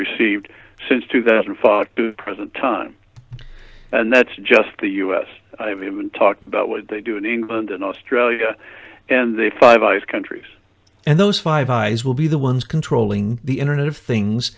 received since two thousand and two present time and that's just the u s i mean talk about what they do in england and australia and the five eyes countries and those five eyes will be the ones controlling the internet of things